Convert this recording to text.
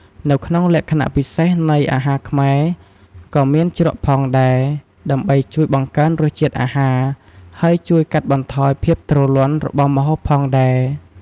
នៅក្នុងលក្ខណៈពិសេសនៃអាហារខ្មែរ ក៏មានជ្រក់ផងដែរ ដើម្បីជួយបង្កើនរសជាតិអាហារ ហើយជួយកាត់បន្ថយភាពទ្រលាន់របស់ម្ហូបផងដែរ។